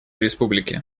республики